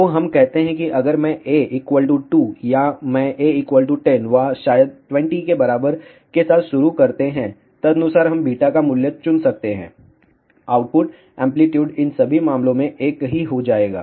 तो हम कहते हैं कि अगर मैं A 2 या मैं A 10 या शायद 20 के बराबर के साथ शुरू करते हैं तदनुसार हम β का मूल्य चुन सकते हैं आउटपुट एंप्लीट्यूड इन सभी मामलों में एक ही हो जाएगा